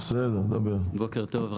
בוקר טוב,